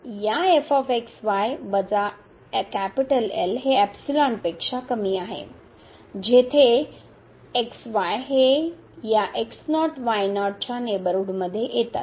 या वजा हे एप्सिलॉनपेक्षा कमी आहे जेथे हे या naught naught च्या नेबरहूड मध्ये येतात